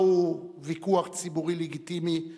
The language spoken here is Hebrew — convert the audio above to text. מהו ויכוח ציבורי לגיטימי,